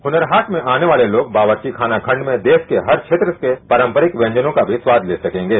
हुनर हाट में आने वाले लोग बावर्चीखाना खंड में देश के हर क्षेत्र से पारंपरिक व्यंजनों का भी स्वाद ले सकेंगे